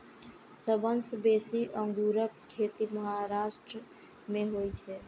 सबसं बेसी अंगूरक खेती महाराष्ट्र मे होइ छै